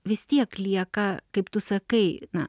vis tiek lieka kaip tu sakai na